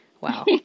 Wow